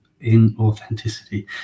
inauthenticity